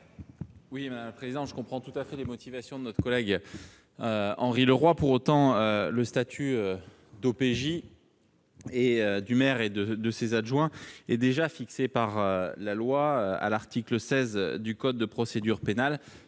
Oui, mais à présent je comprends tout à fait des motivations de notre collègue Henri Leroy pour autant le statut d'OPJ et du maire et 2 de ses adjoints et déjà fixé par la loi à l'article 16 du code de procédure pénale